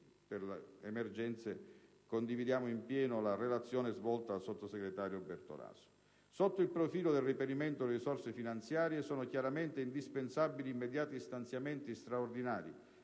alle emergenze, condividiamo in pieno la relazione svolta dal sottosegretario Bertolaso. Sotto il profilo del reperimento delle risorse finanziarie, sono chiaramente indispensabili immediati stanziamenti straordinari